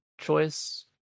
choice